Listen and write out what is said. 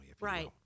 Right